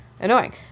annoying